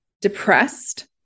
depressed